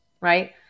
right